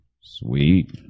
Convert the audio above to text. Sweet